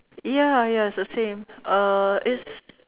ya ya it's the same uh it's